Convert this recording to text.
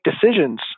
decisions